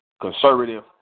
conservative